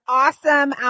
awesome